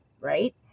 right